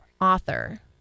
author